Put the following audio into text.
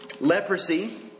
Leprosy